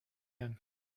him